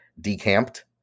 decamped